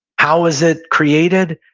how was it created?